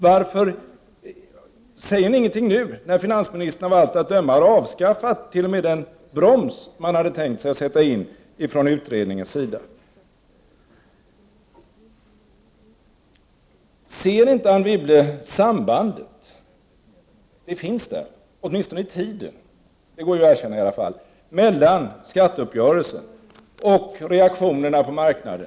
Varför säger ni inte något nu när finansministern av allt att döma har tagit bort t.o.m. den broms utredningen tänkt sig att ta till? Ser inte Anne Wibble det samband som finns i det avseendet? Det finns ju åtminstone ett tidsmässigt samband — det kan väl ändå erkännas — mellan skatteuppgörelsen och de reaktioner som har kunnat konstateras på marknaden.